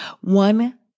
One